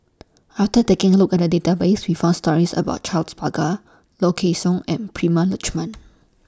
after taking A Look At The Database We found stories about Charles Paglar Low Kway Song and Prema Letchumanan